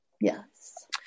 Yes